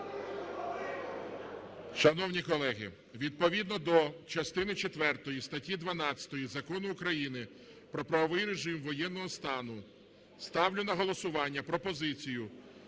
Шановні колеги, відповідно до частини четвертої статті 12 Закону України "Про правовий режим воєнного стану" ставлю на голосування пропозицію